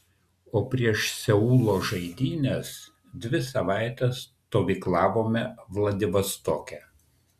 o prieš seulo žaidynes dvi savaites stovyklavome vladivostoke